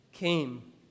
came